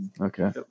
Okay